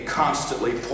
constantly